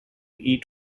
eat